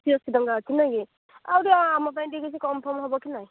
ସତୁରି ଅଶି ଟଙ୍କା ଅଛି ନାଇଁ କି ଆଉ ଟିକେ ଆମ ପାଇଁ ଟିକେ କିଛି କମ୍ ଫମ୍ ହେବ କି ନାହିଁ